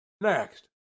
Next